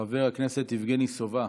חבר הכנסת יבגני סובה,